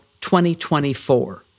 2024